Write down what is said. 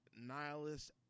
nihilist